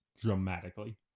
dramatically